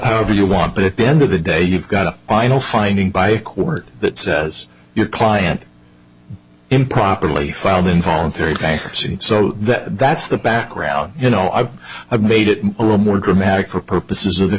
do you want it to end of the day you've got a final finding by a court that says your client improperly filed involuntary bankruptcy so that that's the background you know i've i've made it a little more dramatic for purposes